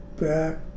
back